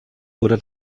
wurde